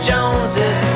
Joneses